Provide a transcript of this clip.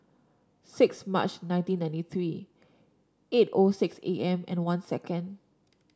six March nineteen ninety three eight O six A M and one second